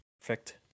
perfect